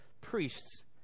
priests